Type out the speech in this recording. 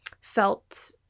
felt